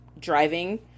driving